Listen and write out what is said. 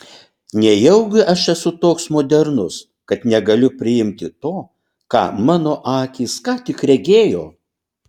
nejaugi aš esu toks modernus kad negaliu priimti to ką mano akys ką tik regėjo